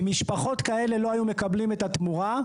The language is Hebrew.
אם משפחות כאלה לא היו מקבלות את תמורה,